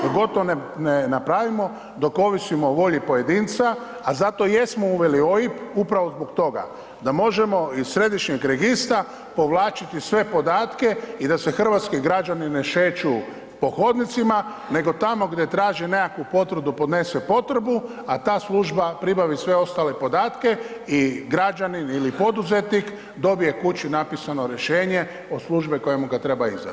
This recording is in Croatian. Dok god to ne napravimo, dok ovisimo o volji pojedinca, a zato i jesmo uveli OIB, upravo zbog toga, da možemo iz središnjeg registra povlačiti sve podatke i da se hrvatski građani ne šeću po hodnicima nego tamo gdje traži nekakvu potvrdu podnese potrebu, a ta Služba pribavi sve ostale podatke, i građanin ili poduzetnik dobije kući napisano rješenje od Službe koja mu ga treba izdat.